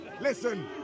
Listen